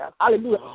hallelujah